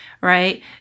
right